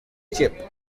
chip